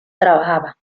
trabajaba